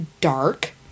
dark